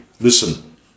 listen